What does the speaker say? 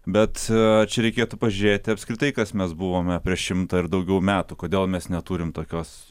bet čia reikėtų pažiūrėti apskritai kas mes buvome prieš šimtą ir daugiau metų kodėl mes neturim tokios